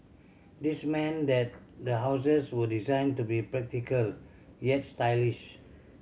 this meant that the houses were designed to be practical yet stylish